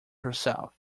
herself